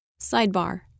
Sidebar